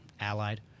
Allied